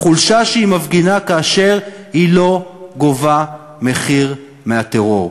החולשה שהיא מפגינה כאשר היא לא גובה מחיר מהטרור.